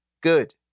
Good